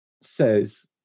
says